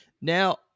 Now